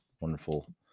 wonderful